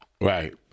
Right